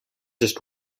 just